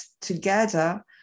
together